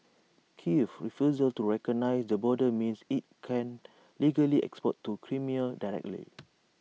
Kiev's refusal to recognise the border means IT can't legally export to Crimea directly